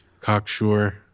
Cocksure